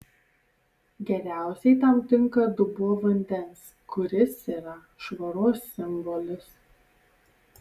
geriausiai tam tinka dubuo vandens kuris yra švaros simbolis